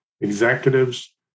executives